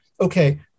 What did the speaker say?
okay